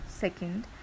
Second